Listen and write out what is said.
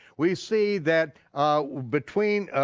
we see that between